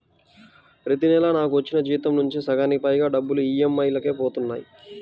ప్రతి నెలా నాకు వచ్చిన జీతం నుంచి సగానికి పైగా డబ్బులు ఈ.ఎం.ఐ లకే పోతన్నాయి